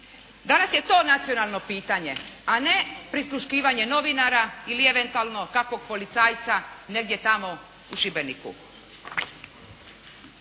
Danas je to nacionalno pitanje, a ne prisluškivanje novinara ili eventualno kakvog policajca negdje tamo u Šibeniku.